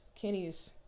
Kenny's